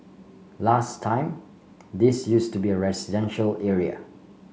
last time this use to be a residential area